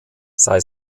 sei